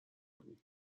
کنی